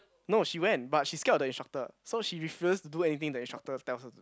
no she went but she scared of the instructor so she refuses to do anything that the instructor tells her to